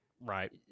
Right